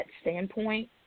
standpoint